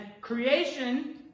creation